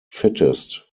fittest